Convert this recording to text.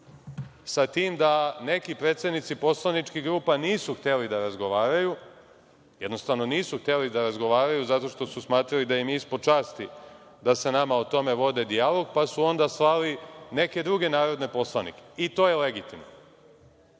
sa tim da neki predsednici poslaničkih grupa nisu hteli da razgovaraju, jednostavno nisu hteli da razgovaraju, zato što su smatrali da im je ispod časti da sa nama o tome vode dijalog, pa su onda slali neke druge narodne poslanike. I to je legitimno.